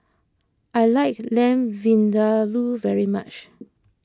I like Lamb Vindaloo very much